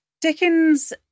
Dickens